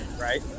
right